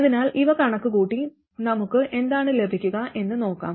അതിനാൽ ഇവ കണക്കുകൂട്ടി നമുക്ക് എന്താണ് ലഭിക്കുക എന്ന് നോക്കാം